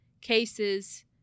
cases